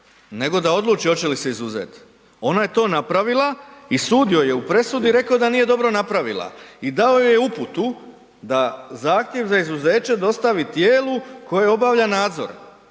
nego da odluči hoće li se izuzeti. Ona je to napravila i sud joj je u presudi rekao da nije dobro napravila. I dao joj je uputu da zahtjev za izuzeće dostavi tijelu koje obavlja nadzor.